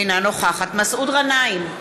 אינה נוכחת מסעוד גנאים,